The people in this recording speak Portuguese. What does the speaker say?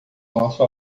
nosso